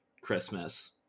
Christmas